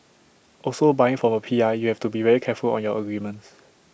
also buying from A P I you have to be very careful on your agreements